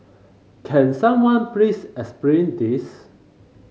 can someone please explain this